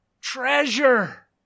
treasure